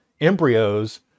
embryos